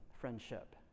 friendship